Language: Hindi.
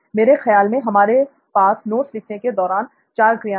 मेरे ख्याल में हमारे पास नोट्स लिखने के "दौरान" चार क्रियाएं हैं